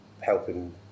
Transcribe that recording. helping